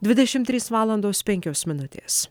dvidešimt trys valandos penkios minutės